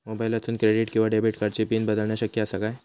मोबाईलातसून क्रेडिट किवा डेबिट कार्डची पिन बदलना शक्य आसा काय?